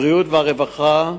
הבריאות והרווחה,